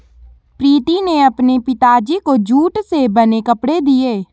प्रीति ने अपने पिताजी को जूट से बने कपड़े दिए